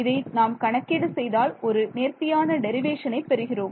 இதை நாம் கணக்கீடு செய்தால் ஒரு நேர்த்தியான டெரிவேஷனை பெறுகிறோம்